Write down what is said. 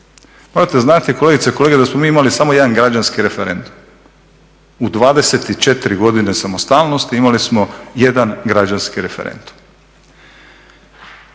Morate znati kolegice i kolege da smo mi imali samo jedan građanski referendum. U 24 godine samostalnosti imali smo jedan građanski referendum.